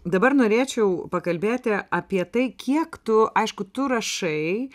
dabar norėčiau pakalbėti apie tai kiek tu aišku tu rašai